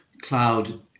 cloud